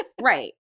Right